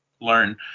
learn